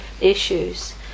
issues